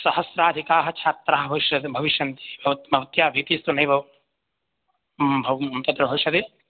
सहस्राधिकाः छात्राः भविष्यति भविष्यन्ति भवति भवत्या भीतिस्तु नैव भव् तत्र भविष्यति